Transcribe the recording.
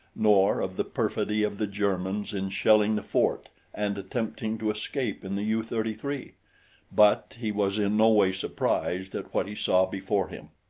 nor of the perfidy of the germans in shelling the fort and attempting to escape in the u thirty three but he was in no way surprised at what he saw before him.